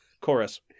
Chorus